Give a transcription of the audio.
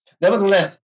nevertheless